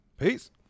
Peace